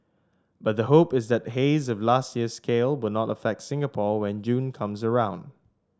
but the hope is that haze of last year's scale will not affect Singapore when June comes around